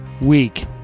week